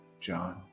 John